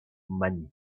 money